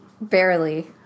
Barely